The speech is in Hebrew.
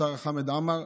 השר חמד עמאר.